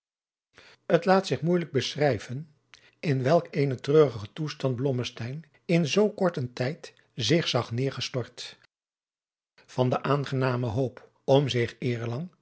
t laat zich moeijelijk beschrijven in welk cene treurigen toestand blommesteyn in zoo kort een tijd zich zag neêrgestort van de aangename hoop om zich eerlang